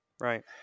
right